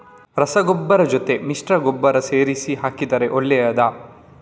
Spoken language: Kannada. ರಸಗೊಬ್ಬರದ ಜೊತೆ ಮಿಶ್ರ ಗೊಬ್ಬರ ಸೇರಿಸಿ ಹಾಕಿದರೆ ಒಳ್ಳೆಯದಾ?